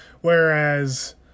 whereas